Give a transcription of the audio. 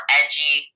edgy